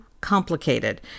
complicated